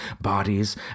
bodies